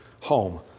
home